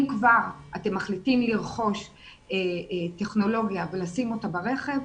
אם כבר אתם מחליטים לרכוש טכנולוגיה ולשים אותה ברכב,